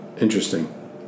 interesting